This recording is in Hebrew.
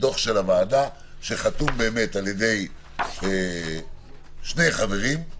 דוח של הוועדה, שחתומה על ידי שני חברים,